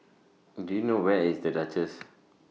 Do YOU know Where IS The Duchess